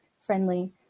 friendly